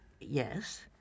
Yes